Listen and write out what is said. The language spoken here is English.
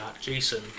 Jason